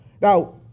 Now